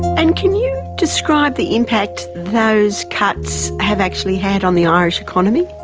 and can you describe the impact those cuts have actually had on the irish economy?